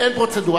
אין פרוצדורה.